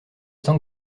temps